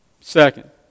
Second